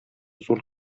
зур